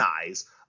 eyes